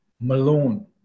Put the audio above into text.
Malone